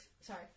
sorry